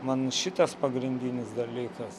man šitas pagrindinis dalykas